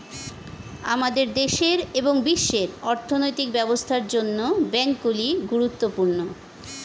আমাদের দেশের এবং বিশ্বের অর্থনৈতিক ব্যবস্থার জন্য ব্যাংকগুলি গুরুত্বপূর্ণ